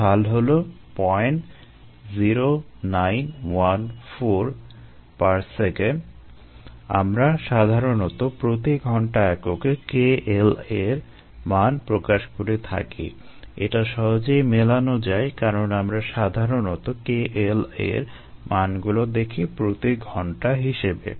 ঢাল হলো 00914 s 1 আমরা সাধারণত 'প্রতি ঘন্টা' এককে K L a এর মান প্রকাশ করে থাকি এটা সহজেই মেলানো যায় কারণ আমরা সাধারণত K L a এর মানগুলো দেখি প্রতি ঘন্টা হিসেবে